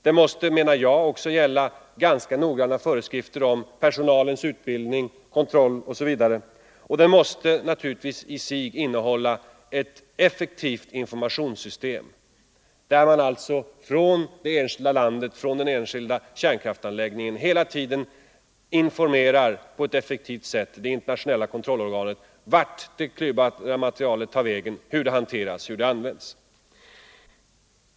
Det måste också, menar jag, finnas = utlandet noggranna föreskrifter om personalens utbildning m.m. och det måste finnas ett effektivt informationssystem för hur den enskilda kärnkraftanläggningen på ett effektivt sätt skall informera det internationella kontrollorganet om vart det klyvbara materialet tar vägen, hur det hanteras och används.